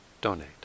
donate